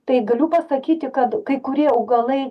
tai galiu pasakyti kad kai kurie augalai